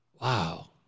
wow